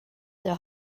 der